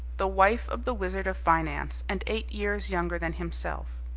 the wife of the wizard of finance and eight years younger than himself.